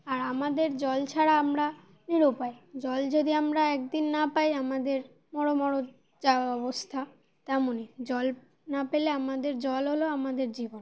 আর আমাদের জল ছাড়া আমরা নিরুপায় জল যদি আমরা একদিন না পাই আমাদের মর মর যাওয়া অবস্থা তেমনই জল না পেলে আমাদের জল হলো আমাদের জীবন